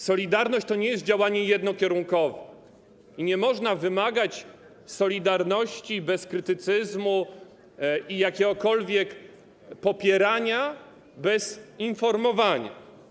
Solidarność to nie jest działanie jednokierunkowe i nie można wymagać solidarności bez krytycyzmu i jakiegokolwiek popierania bez informowania.